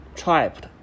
trapped